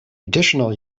additional